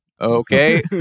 Okay